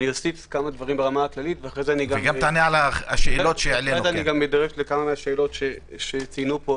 אוסיף כמה דברים ברמה הכללית וגם אדרש לשאלות שציינו פה,